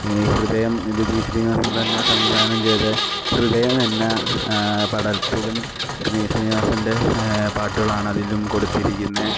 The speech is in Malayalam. ഈ ഹൃദയം വിനീത് ശ്രീനിവാസന് തന്നെ സംവിധാനം ചെയ്ത ഹൃദയം എന്ന പടത്തിലും വിനീത് ശ്രീനിവാസന്റെ പാട്ടുകളാണ് അതിലും കൊടുത്തിരിക്കുന്നത്